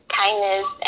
kindness